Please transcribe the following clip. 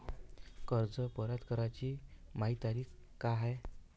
कर्ज परत कराची मायी तारीख का हाय?